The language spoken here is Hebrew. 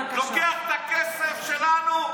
כמה הוא לוקח את הכסף שלנו,